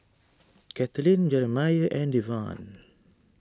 Katelyn Jerimiah and Devan